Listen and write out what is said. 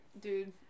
Dude